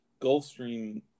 Gulfstream